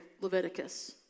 Leviticus